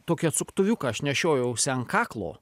tokį atsuktuviuką aš nešiojausi an kaklo